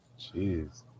jeez